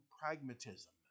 pragmatism